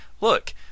look